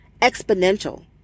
exponential